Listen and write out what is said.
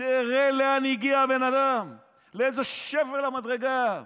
תראה לאן הגיע הבן אדם, לאיזה שפל המדרגה.